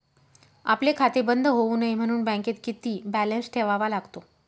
आपले खाते बंद होऊ नये म्हणून बँकेत किती बॅलन्स ठेवावा लागतो?